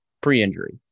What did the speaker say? pre-injury